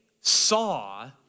saw